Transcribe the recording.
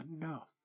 enough